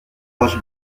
roche